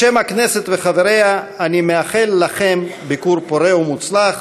בשם הכנסת וחבריה אני מאחל לכם ביקור פורה ומוצלח.